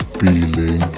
feeling